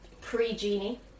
Pre-Genie